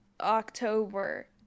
October